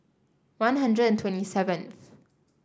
One Hundred and twenty seventh